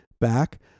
back